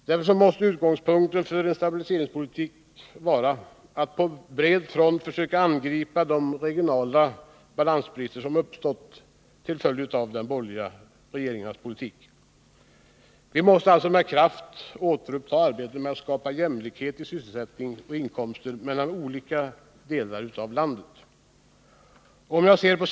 Därför måste utgångspunkten för ett stabiliseringspolitiskt program vara att på bred front angripa de brister i fråga om den regionala balansen som uppstått till följd av de borgerliga regeringarnas politik. Vi måste med kraft återuppta arbetet på att skapa jämlikhet i sysselsättning och inkomster mellan landets olika delar.